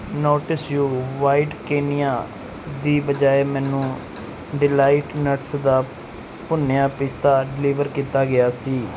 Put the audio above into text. notice you white Kenya ਦੀ ਬਜਾਏ ਮੈਨੂੰ ਡਿਲਾਈਟ ਨਟਸ ਦਾ ਭੁੰਨਿਆ ਪਿਸਤਾ ਡਿਲੀਵਰ ਕੀਤਾ ਗਿਆ ਸੀ